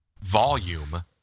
volume